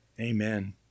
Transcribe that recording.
Amen